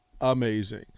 Amazing